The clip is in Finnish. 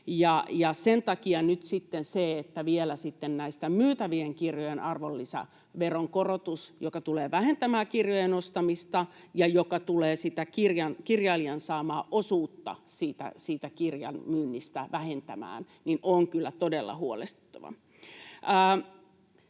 sitten näiden myytävien kirjojen arvonlisäveron korotus, joka tulee vähentämään kirjojen ostamista ja joka tulee sitä kirjailijan saamaa osuutta siitä kirjan myynnistä vähentämään, on kyllä todella huolestuttavaa.